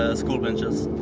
ah school benches,